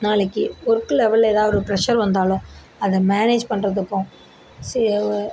நாளைக்கு ஒர்க் லெவலில் எதாவது ஒரு ப்ரெஷர் வந்தால் அதை மேனேஜ் பண்ணுறதுக்கும் சே